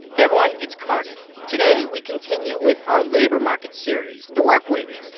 everyone. it's cardiff. today we continue with our labor market series the work week.